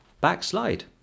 backslide